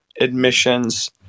admissions